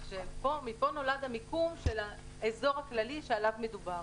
ומכאן נולד המיקום של האזור הכללי עליו מדובר.